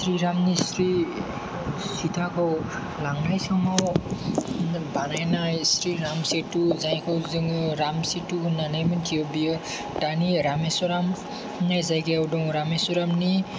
स्रि रामनि सिताखौ लांनाय समाव बानायनाय स्रि राम सेतु जायखौ जोङो राम सेतु होननानै मोन्थियो बियो दानि रामेस्वाराम होननाय जायगायाव दङ रामेस्वारामनि